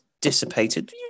dissipated